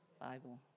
Bible